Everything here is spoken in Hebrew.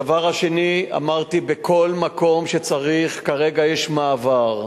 הדבר השני, אמרתי: בכל מקום שצריך, כרגע יש מעבר,